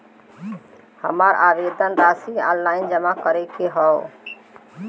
हमार आवेदन राशि ऑनलाइन जमा करे के हौ?